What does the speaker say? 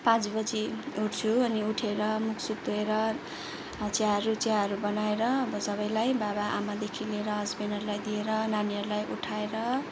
पाँच बजी उठ्छु अनि उठेर मुख सुख धोएर चियाहरू चियाहरू बनाएर अब सबैलाई बाबा आमादेखि लिएर हस्बेन्डहरूलाई दिएर नानीहरूलाई उठाएर